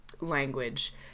language